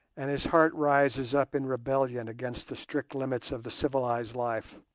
and his heart rises up in rebellion against the strict limits of the civilized life.